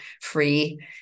free